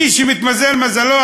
מי שמתמזל מזלו,